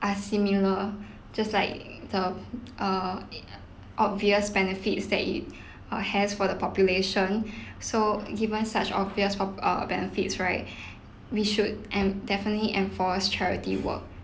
are similar just like the uh obvious benefits that it uh has for the population so given such obvious po~ uh benefits right we should and definitely enforce charity work